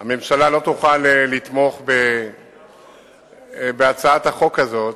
הממשלה לא תוכל לתמוך בהצעת החוק הזאת,